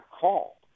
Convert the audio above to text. call